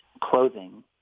clothing